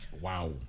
wow